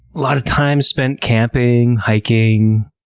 a lot of time spent camping, hiking,